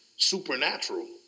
supernatural